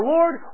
Lord